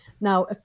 Now